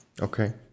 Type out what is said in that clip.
Okay